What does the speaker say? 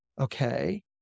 okay